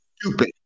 stupid